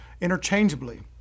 interchangeably